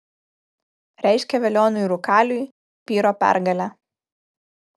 reiškia velioniui rūkaliui pyro pergalę